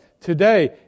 Today